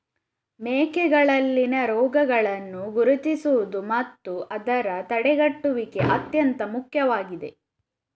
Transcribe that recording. ಮೇಕೆಗಳಲ್ಲಿನ ರೋಗಗಳನ್ನು ಗುರುತಿಸುವುದು ಮತ್ತು ಅದರ ತಡೆಗಟ್ಟುವಿಕೆ ಅತ್ಯಂತ ಮುಖ್ಯವಾಗಿದೆ